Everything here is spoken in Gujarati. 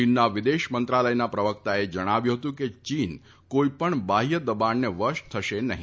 ચીન ના વિદેશ મંત્રાલયના પ્રવક્તાએ જણાવ્યું હતું કે ચીન કોઇપણ બાહ્ય દબાણને વશ થશે નહી